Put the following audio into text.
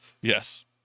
Yes